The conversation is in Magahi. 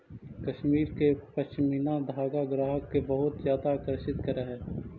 कश्मीर के पशमीना धागा ग्राहक के बहुत ज्यादा आकर्षित करऽ हइ